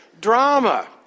Drama